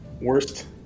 worst